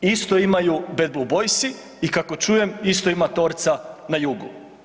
Isto imaju Bed blue boysi i kako čujem isto ima Torca na jugu.